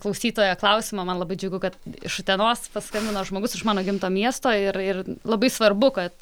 klausytojo klausimo man labai džiugu kad iš utenos paskambino žmogus iš mano gimto miesto ir ir labai svarbu kad